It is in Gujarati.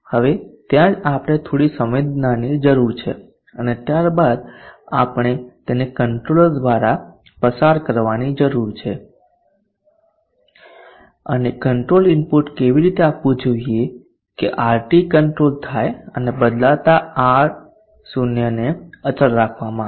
હવે ત્યાં જ આપણે થોડી સંવેદનાની જરૂર છે અને ત્યારબાદ આપણે તેને કંટ્રોલર દ્વારા પસાર કરવાની જરૂર છે અને કંટ્રોલ ઇનપુટ એવી રીતે આપવું જોઈએ કે RT કંટ્રોલ થાય અને બદલાતા R0 ને અચળ રાખવામાં આવે